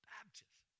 Baptist